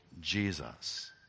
Jesus